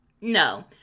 No